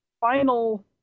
final